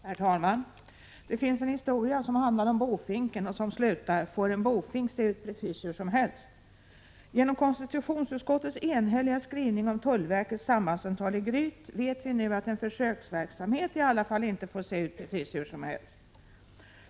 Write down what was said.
Herr talman! Det finns en historia som handlar om bofinken och som slutar: Får en bofink se ut precis hur som helst? Genom konstitutionsutskottets enhälliga skrivning om tullverkets sambandscentral i Gryt vet vi nu att en försöksverksamhet i alla fall inte får se ut precis hur som helst.